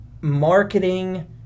marketing